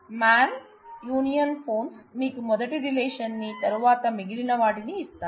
man U phones మీకు మొదటి relation ని తరువాత మిగిలిన వాటిని ఇస్తాయి